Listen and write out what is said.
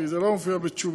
כי זה לא מופיע בתשובתו,